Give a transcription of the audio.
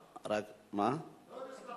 הצעת